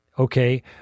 Okay